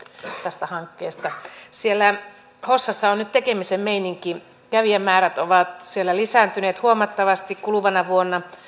tästä hankkeesta siellä hossassa on nyt tekemisen meininki kävijämäärät ovat siellä lisääntyneet huomattavasti kuluvana vuonna